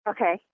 Okay